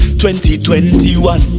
2021